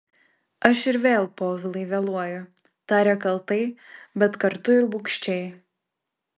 aš ir vėl povilai vėluoju tarė kaltai bet kartu ir bugščiai